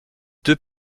deux